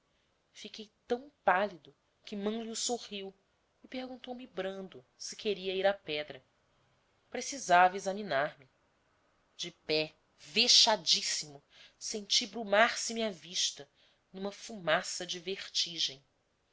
fiquei tão pálido que mânlio sorriu e perguntou-me brando se queria ir à pedra precisava examinar me de pé vexadíssimo senti brumar se me a vista numa fumaça de vertigem